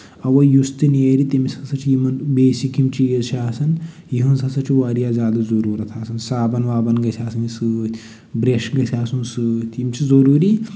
اَوَے یُس تہِ نیرِ تٔمِس ہسا چھِ یِمَن بیسِک یِم چیٖز چھِ آسَن یِہٕنٛز ہسا چھِ واریاہ زیادٕ ضٔروٗرتھ آسان سابَن وابَن گژھِ آسٕنۍ سۭتۍ برٛش گژھِ آسُن سۭتۍ یِم چھِ ضٔروٗری